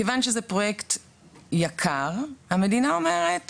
מכיוון שזה פרויקט יקר, המדינה אומרת